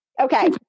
Okay